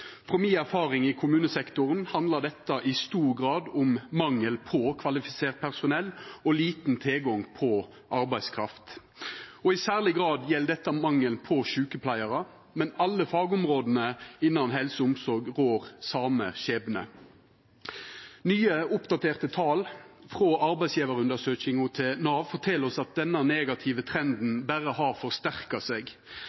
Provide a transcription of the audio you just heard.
Frå mi erfaring i kommunesektoren handlar dette i stor grad om mangel på kvalifisert personell og liten tilgang på arbeidskraft. I særleg grad gjeld dette mangel på sjukepleiarar, men i alle fagområde innan helse og omsorg rår same skjebne. Nye, oppdaterte tal frå arbeidsgjevarundersøkinga til Nav fortel oss at denne negative